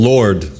Lord